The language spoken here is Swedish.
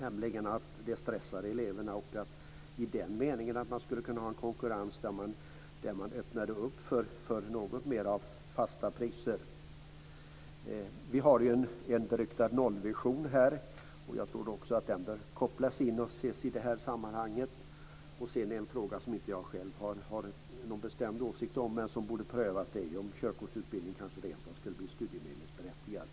Detta stressar ju eleverna, och kanske kunde man ha en konkurrens i den meningen att man öppnade för något mer av fasta priser. Vi har ju en beryktad nollvision, och jag tror att den också bör kopplas in och ses i det här sammanhanget. En annan fråga som borde prövas, som jag själv inte har någon bestämd åsikt om, är om körkortsutbildning kanske rentav skulle bli studiemedelsberättigad.